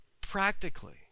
practically